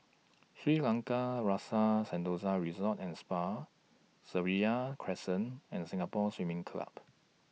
Shangri La's Rasa Sentosa Resort and Spa Seraya Crescent and Singapore Swimming Club